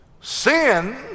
Sin